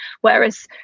Whereas